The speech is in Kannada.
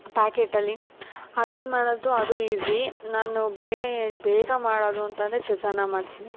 ಪ್ಯಾಕೇಟಲ್ಲಿ ಅದನ್ನು ಮಾಡೋದು ಅದು ಈಝಿ ನಾನು ಬೇರೆಯೇ ಬೇಗ ಮಾಡೋದು ಅಂತಂದರೆ ಚಿತ್ರಾನ್ನ ಮಾಡ್ತೀನಿ